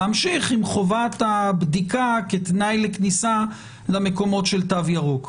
להמשיך עם חובת הבדיקה כתנאי לכניסה למקומות של תו ירוק.